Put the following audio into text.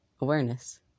Awareness